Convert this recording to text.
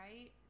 right